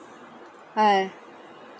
uh